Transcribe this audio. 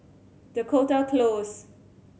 Dakota Close